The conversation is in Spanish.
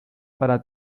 para